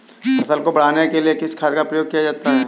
फसल को बढ़ाने के लिए किस खाद का प्रयोग किया जाता है?